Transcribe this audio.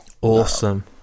Awesome